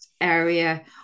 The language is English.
area